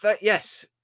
Yes